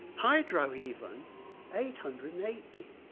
hydro even eight hundred and eighty,